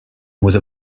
with